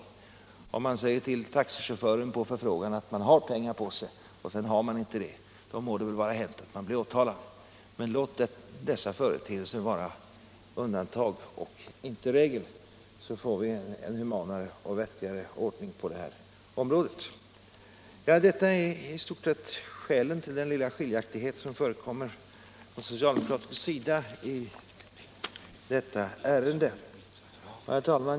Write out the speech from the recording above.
Om man på förfrågan säger till taxichauffören att man har pengar på sig och det sedan visar sig att man inte har det, må det väl vara hänt att man blir åtalad, men låt dessa företeelser vara undantag och inte regel! Då får vi en humanare lagstiftning och en vettigare ordning på det här området. Detta är i stort sett skälen till den lilla skiljaktighet som förekommer på socialdemokratisk sida i detta ärende. Herr talman!